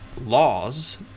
laws